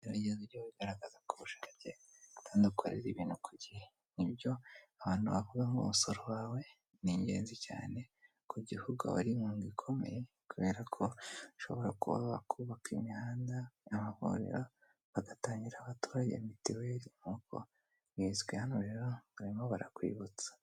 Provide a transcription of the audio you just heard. Gerageza ujye ukora ibintu kubushake, bigaragaza ko iyo ufite ubushake unakorera ibintu ku gihe, ibyo abantu bavuga nk'umusoro wawe ni ingenzi cyane ku gihugu wari inkunga ikomeye kubera ko ushobora kuba wakubaka imihanda amahorera bagatangira abaturage mitiweli nk'uko bizwi hano rero barimo barakwibutsa.